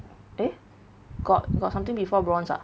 eh got got something before bronze ah